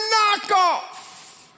knockoff